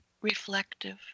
reflective